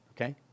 okay